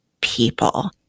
people